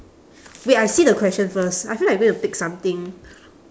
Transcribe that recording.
wait I see the question first I feel like you're going to pick something